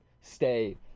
stay